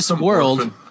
world